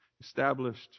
Established